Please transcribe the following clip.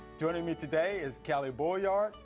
joining me today is callie bolyard.